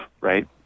right